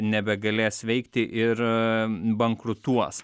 nebegalės veikti ir bankrutuos